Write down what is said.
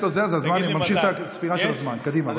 אני ממשיך את הספירה של הזמן, קדימה.